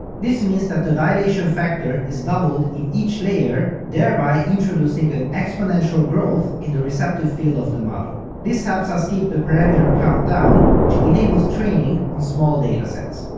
this means that the dilation factor is doubled in each layer, thereby introducing an exponential growth in the receptive field of the model. this helps us keep the parameter count down, which enables training on small datasets.